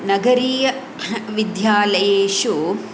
नगरीय विद्यालयेषु